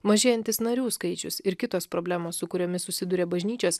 mažėjantis narių skaičius ir kitos problemos su kuriomis susiduria bažnyčios